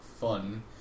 fun